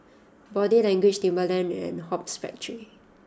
Body Language Timberland and Hoops Factory